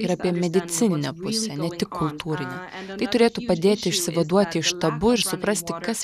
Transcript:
ir apie medicininę pusę ne tik kultūrinę tai turėtų padėti išsivaduoti iš tabu ir suprasti kas